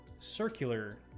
circular